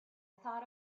thought